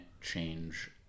change